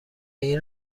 این